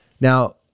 Now